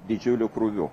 didžiuliu krūviu